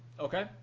Okay